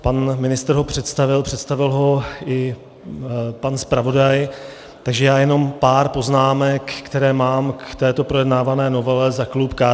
Pan ministr ho představil, představil ho i pan zpravodaj, takže já jenom pár poznámek, které mám k této projednávané novele za klub KDUČSL.